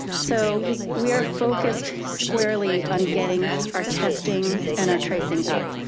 so we are focused squarely on getting our testing and our tracing up.